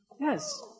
Yes